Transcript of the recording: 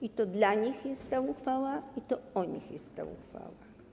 I to dla nich jest ta uchwała, i to o nich jest ta uchwała.